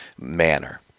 manner